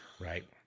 Right